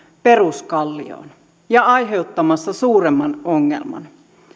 peruskallioon ja aiheuttamassa suuremman ongelman